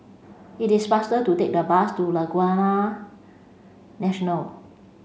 it is faster to take the bus to Laguna National